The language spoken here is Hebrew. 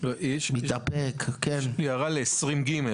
יש לי הערה לסעיף 20(ג).